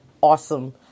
awesome